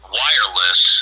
wireless